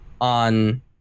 on